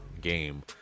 game